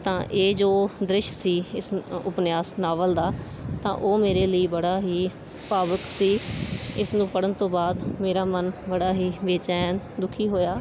ਤਾਂ ਇਹ ਜੋ ਦ੍ਰਿਸ਼ ਸੀ ਇਸ ਨ ਉਪਨਿਆਸ ਨਾਵਲ ਦਾ ਤਾਂ ਉਹ ਮੇਰੇ ਲਈ ਬੜਾ ਹੀ ਭਾਵੁਕ ਸੀ ਇਸ ਨੂੰ ਪੜ੍ਹਨ ਤੋਂ ਬਾਅਦ ਮੇਰਾ ਮਨ ਬੜਾ ਹੀ ਬੇਚੈਨ ਦੁਖੀ ਹੋਇਆ